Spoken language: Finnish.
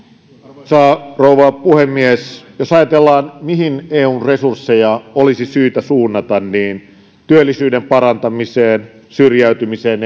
arvoisa rouva puhemies jos ajatellaan mihin eun resursseja olisi syytä suunnata niin työllisyyden parantamiseen syrjäytymisen